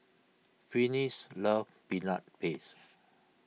Finis loves Peanut Paste